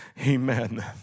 Amen